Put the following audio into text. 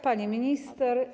Pani Minister!